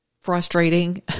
frustrating